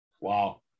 wow